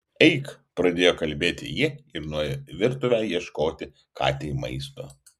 eik pradėjo kalbėti ji ir nuėjo į virtuvę ieškoti katei maisto